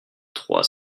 trois